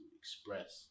express